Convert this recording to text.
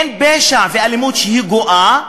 אין פשע ואלימות גואה,